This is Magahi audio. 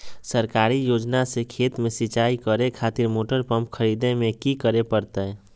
सरकारी योजना से खेत में सिंचाई करे खातिर मोटर पंप खरीदे में की करे परतय?